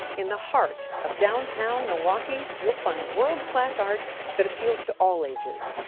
in the heart of downtown milwaukee, you'll find world-class art that appeals to all ages.